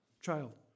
child